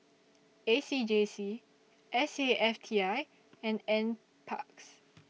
A C J C S A F T I and NParks